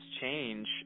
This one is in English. change